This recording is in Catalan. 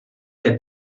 que